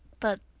but.